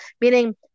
meaning